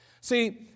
See